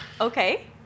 Okay